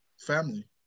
family